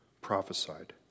prophesied